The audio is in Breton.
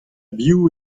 biv